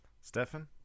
Stefan